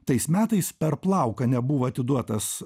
tais metais per plauką nebuvo atiduotas